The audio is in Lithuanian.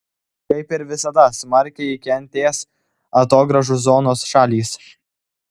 kaip ir visada smarkiai kentės atogrąžų zonos šalys